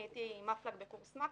אני הייתי מפל"ג בקורס מכ"ים,